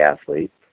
athletes